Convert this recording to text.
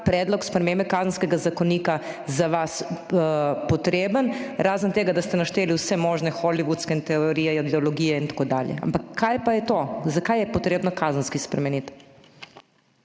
predlog spremembe Kazenskega zakonika za vas potreben, razen tega, da ste našteli vse možne hollywoodske teorije, ideologije in tako dalje. Ampak kaj pa je to, zakaj je potrebno Kazenski zakonik spremeniti?